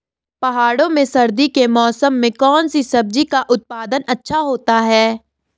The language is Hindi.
पहाड़ों में सर्दी के मौसम में कौन सी सब्जी का उत्पादन अच्छा होता है?